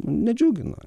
nu nedžiugina